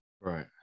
Right